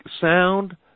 sound